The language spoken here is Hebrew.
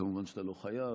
כמובן שאתה לא חייב,